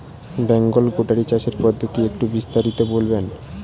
বেঙ্গল গোটারি চাষের পদ্ধতি একটু বিস্তারিত বলবেন?